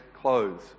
clothes